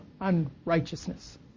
unrighteousness